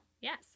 Yes